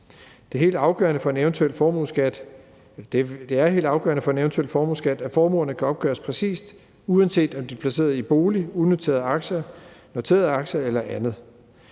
Det er helt afgørende for en eventuel formueskat, at formuerne kan opgøres præcist, uanset om de er placeret i bolig, unoterede aktier, noterede aktier eller andet.